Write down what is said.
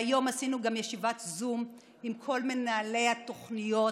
והיום עשינו גם ישיבת זום עם כל מנהלי התוכניות